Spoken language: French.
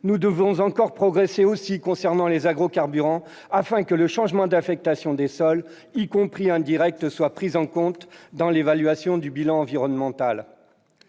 Nous devons aussi progresser sur les agrocarburants, afin que le changement d'affectation des sols, y compris indirect, soit pris en compte dans l'évaluation du bilan environnemental.